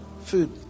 food